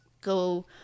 go